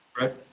Right